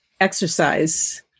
exercise